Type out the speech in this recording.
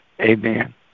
Amen